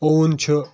oven چھ